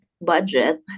budget